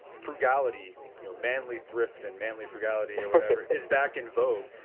frugality you know manly thrift and manly frugality or whatever is back in vogue,